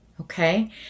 Okay